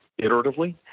iteratively